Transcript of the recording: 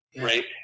right